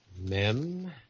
Mem